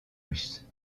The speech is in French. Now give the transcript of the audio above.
russe